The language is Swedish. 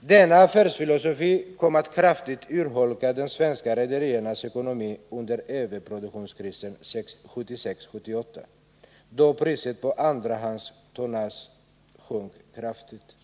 Denna affärsfilosofi kom att kraftigt urholka de svenska rederiernas ekonomi under överproduktionskrisen 1976-1978 då priset på andrahandstonnage sjönk kraftigt.